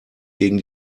gegen